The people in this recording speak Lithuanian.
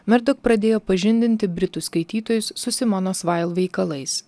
merdok pradėjo pažindinti britų skaitytojus su simonos vail veikalais